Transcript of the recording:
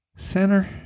Center